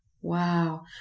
Wow